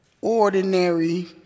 ordinary